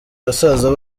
basaza